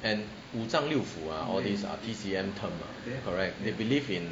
and 五脏六腑 ah all these are T_C_M term ah correct they believe in